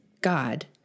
God